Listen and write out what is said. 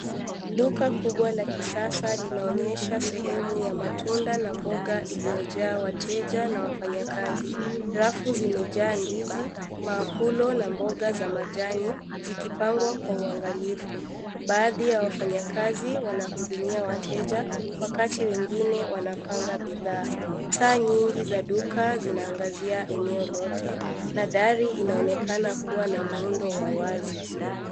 Duka kubwa la kisasa linaonyesha sehemu ya matunda na mboga iliyojaa wateja na wafanyakazi. Rafu zimejaa ndizi, maapulo na mboga za majani zikipangwa kwa uangalifu. Baadhi ya wafanyakazi wanahudumia wateja wakati wengine wanapanga bidhaa. Taa nyingi za duka zina angazia eneo lote na dari inaonekana kuwa na muundo wa wazi.